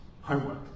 homework